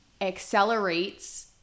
accelerates